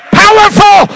powerful